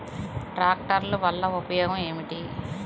ట్రాక్టర్ల వల్ల ఉపయోగం ఏమిటీ?